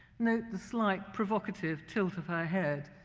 note the slight, provocative tilt of her head,